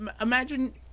imagine